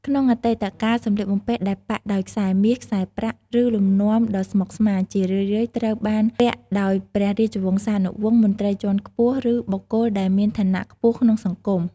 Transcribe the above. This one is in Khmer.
ក្នុងអតីតកាល សម្លៀកបំពាក់ដែលប៉ាក់ដោយខ្សែមាស ខ្សែប្រាក់ ឬលំនាំដ៏ស្មុគស្មាញ ជារឿយៗត្រូវបានពាក់ដោយព្រះរាជវង្សានុវង្ស មន្ត្រីជាន់ខ្ពស់ ឬបុគ្គលដែលមានឋានៈខ្ពស់ក្នុងសង្គម។